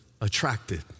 attracted